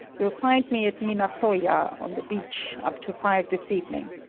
you'll find me at minato-ya on the beach up to five this evening.